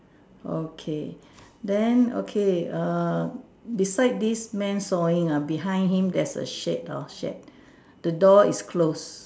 okay then okay err beside this man sawing ah behind him there's a shed hor shed the door is closed